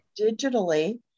digitally